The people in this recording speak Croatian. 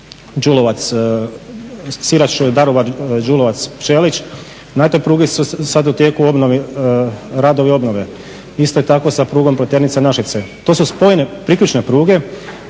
Đulovac, Sirač-Daruvar-Đulovac-Pčelić, na toj pruzi je sad u tijeku obnove, radovi obnove isto tako je s prugom Pleternica-Našice. To su spojene, priključne pruge.